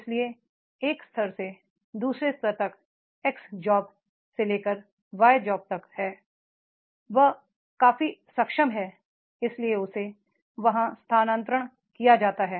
इसलिए I स्तर से स्तर Ii तक X जॉब से लेकर Y जॉब तक है वह काफी सक्षम है इसीलिए उसे वहां स्थानांतरण किया गया है